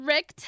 Rick